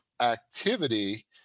activity